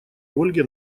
ольге